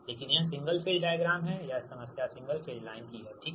लेकिन यह single phase diagram है यह समस्या सिंगल फेज लाइन की है ठीक